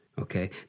Okay